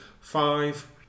Five